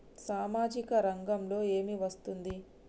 సామాజిక రంగంలో ఏమి వస్తుంది?